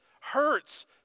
hurts